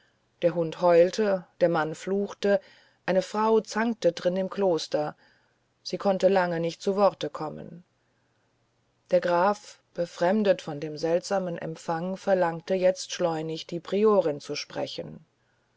der hund heulte der mann fluchte eine frau zankte drin im kloster sie konnte lange nicht zu worte kommen der graf befremdet von dem seltsamen empfang verlangte jetzt schleunig die priorin zu sprechen